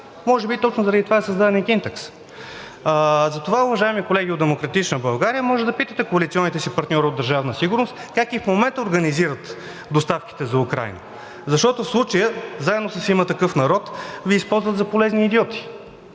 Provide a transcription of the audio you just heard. Може би точно заради това е създаден и „Кинтекс“?! Затова, уважаеми колеги от „Демократична България“, може да питате коалиционните си партньори от Държавна сигурност как и в момента организират доставките за Украйна, защото в случая заедно с „Има такъв народ“ Ви използват за полезни идиоти.